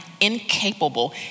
incapable